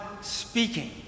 speaking